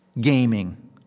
gaming